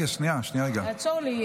תעצור לי.